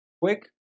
Quick